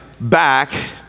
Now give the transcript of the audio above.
back